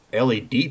LED